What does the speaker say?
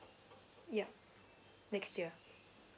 yup next year